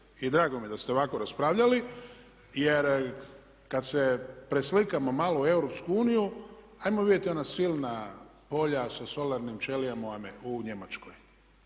I drago mi je da ste ovako raspravljali jer kada se preslikamo malo u Europsku uniju, ajmo vidjeti ona silna polja sa solarnim ćelijama u Njemačkoj.